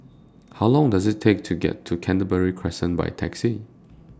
How Long Does IT Take to get to Canberra Crescent By Taxi